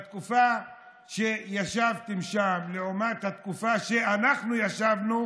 בתקופה שישבתם שם, לעומת התקופה שאנחנו ישבנו,